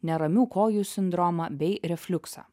neramių kojų sindromą bei refliuksą